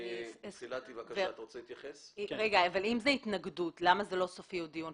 אבל אם זאת התנגדות, למה זה לא סופיות הדיון?